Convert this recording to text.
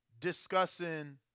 discussing